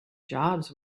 jobs